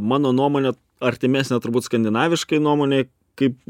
mano nuomone artimesnė turbūt skandinaviškai nuomonei kaip